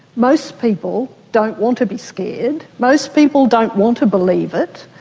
most people don't want to be scared, most people don't want to believe it,